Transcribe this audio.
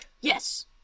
Yes